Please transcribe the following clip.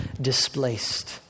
displaced